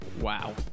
Wow